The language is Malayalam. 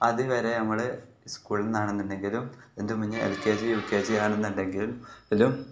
അതു വരെ നമ്മൾ സ്കൂളിൽ നിന്നാണെന്നുണ്ടെങ്കിലും അതിൻ്റെ മുന്നെ L K G U K G ആണെന്നുണ്ടെങ്കിലും